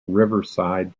riverside